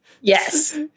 Yes